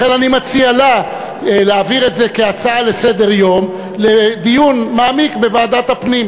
לכן אני מציע לה להעביר את זה כהצעה לסדר-יום לדיון מעמיק בוועדת הפנים.